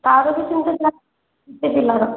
ତା'ର ବି ସେମିତି କେତେ ପିଲାର